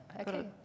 okay